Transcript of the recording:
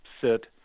sit